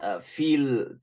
feel